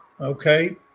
Okay